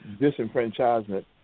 disenfranchisement